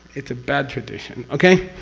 it's a bad tradition. okay?